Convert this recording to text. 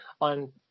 on